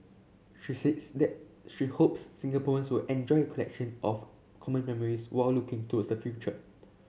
she says that she hopes Singaporeans will enjoy collection of common memories while looking towards the future